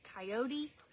coyote